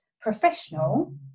professional